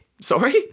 Sorry